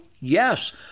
yes